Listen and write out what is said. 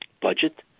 budget